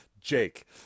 Jake